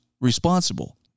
responsible